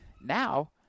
Now